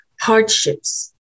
hardships